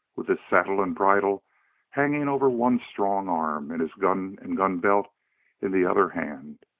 with his saddle and bridle hanging over one strong arm and his gun and gun belt in the other hand.